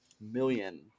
million